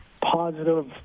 positive